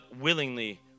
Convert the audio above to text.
willingly